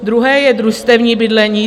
Druhé je družstevní bydlení.